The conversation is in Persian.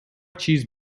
چیز